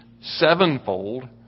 sevenfold